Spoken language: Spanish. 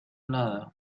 nada